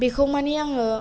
बेखौ मानि आङो